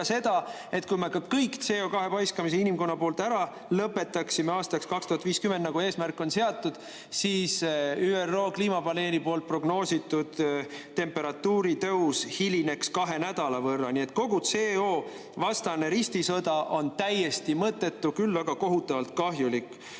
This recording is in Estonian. seda, et kui me kogu CO2paiskamise inimkonna poolt ära lõpetaksime aastaks 2050, nagu eesmärk on seatud, siis ÜRO kliimapaneeli prognoositud temperatuuri tõus hilineks kahe nädala võrra. Nii et kogu CO-vastane ristisõda on täiesti mõttetu, küll aga kohutavalt kahjulik. Tundub